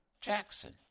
Jackson